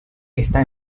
està